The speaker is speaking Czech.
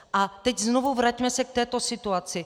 A teď znovu, vraťme se k této situaci.